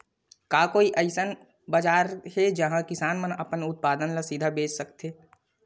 का कोई अइसे बाजार हे जिहां किसान मन अपन उत्पादन ला सीधा बेच सकथे?